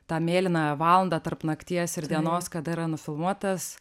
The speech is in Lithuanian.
tą mėlynąją valandą tarp nakties ir dienos kada yra nufilmuotas